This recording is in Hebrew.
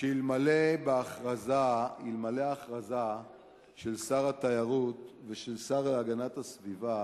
שאלמלא ההכרזה של שר התיירות ושל השר להגנת הסביבה